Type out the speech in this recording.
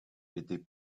étaient